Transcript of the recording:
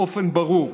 באופן ברור: